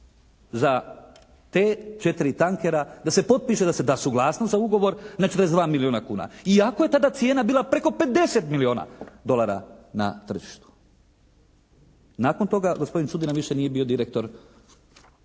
za te, četiri tankera da se potpiše, da se da suglasnost za ugovor na 42 milijuna kuna, iako je tada cijena bila preko 50 milijuna dolara na tržištu. Nakon toga gospodin Čudina više nije bio direktor